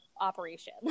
operation